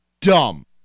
dumb